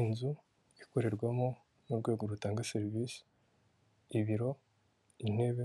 Inzu ikorerwamo n'urwego rutanga serivisi, ibiro, intebe,